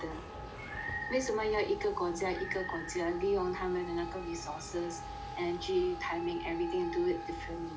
为什么要一个国家一个国家利用他们的那个 resources energy timing everything do it differently